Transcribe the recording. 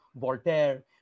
Voltaire